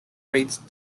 rates